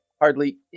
hardly